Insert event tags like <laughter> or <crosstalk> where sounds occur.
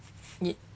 <noise>